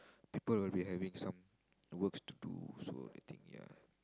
people will be having some works to do so I think ya